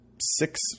six